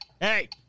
Hey